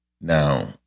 Now